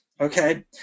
okay